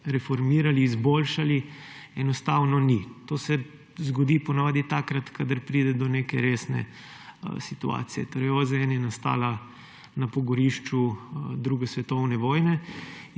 reformirali, izboljšali, enostavno ni. To se zgodi po navadi takrat, kadar pride do neke resne situacije. OZN je nastala na pogorišču druge svetovne vojne